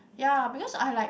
ya because I like